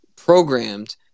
programmed